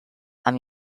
amb